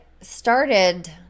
started